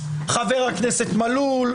חבר הכנסת מלול,